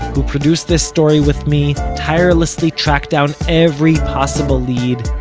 who produced this story with me, tirelessly tracked down every possible lead,